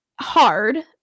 hard